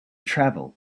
travel